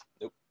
Nope